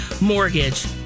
mortgage